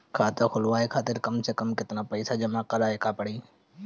खाता खुलवाये खातिर कम से कम केतना पईसा जमा काराये के पड़ी?